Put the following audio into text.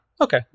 okay